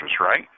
right